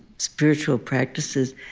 spiritual practices.